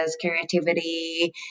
creativity